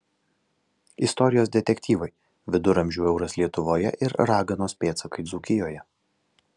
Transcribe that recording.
istorijos detektyvai viduramžių euras lietuvoje ir raganos pėdsakai dzūkijoje